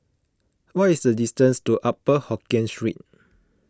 what is the distance to Upper Hokkien Street